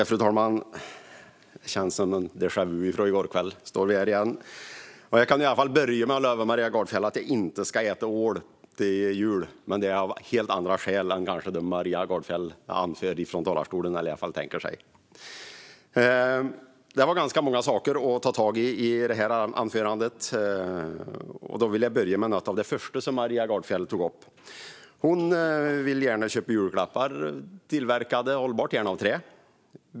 Fru talman! Det känns som en déjà vu från i går kväll. Jag kan i alla fall börja med att lova Maria Gardfjell att jag inte ska äta ål i jul, men det är av helt andra skäl än kanske de Maria Gardfjell tänkte sig. Det var ganska många saker att ta tag i här. Jag vill börja med något av det första som Maria Gardfjell tog upp. Hon vill gärna köpa julklappar tillverkade hållbart, gärna av trä.